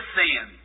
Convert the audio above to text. sin